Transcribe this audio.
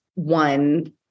one